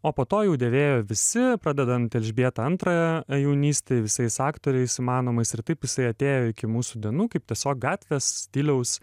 o po to jau dėvėjo visi pradedant elžbieta antrąją jaunystėj visais aktoriais įmanomais ir taip jisai atėjo iki mūsų dienų kaip tiesiog gatvės stiliaus